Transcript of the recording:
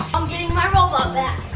i'm getting my robot back!